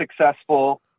successful